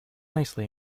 nicely